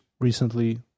recently